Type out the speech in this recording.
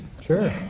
Sure